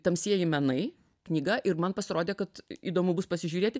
tamsieji menai knyga ir man pasirodė kad įdomu bus pasižiūrėti